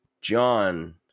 John